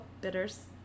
bitters